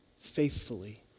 faithfully